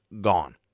gone